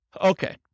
Okay